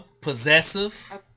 possessive